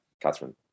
Catherine